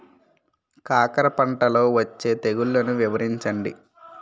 కాకర పంటలో వచ్చే తెగుళ్లను వివరించండి?